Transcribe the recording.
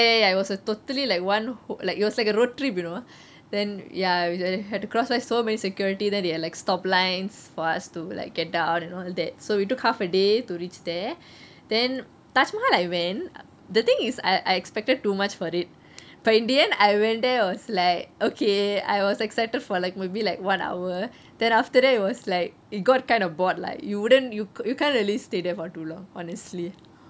ya ya ya it was a totally like one it was like a road trip you know then ya we had to cross by so many security then they are like stop lines for us to like get down and all that so we took half a day to reach there then taj mahal I went the thing is I I expected too much for it but in the end I went there I was like okay I was excited for like maybe like one hour then after that it was like it got kind of bored lah you wouldn't you you can't really stay there for too long honestly